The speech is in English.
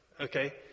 Okay